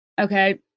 Okay